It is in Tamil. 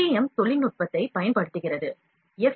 எம் தொழில்நுட்பத்தைப் பயன்படுத்துகிறது எஃப்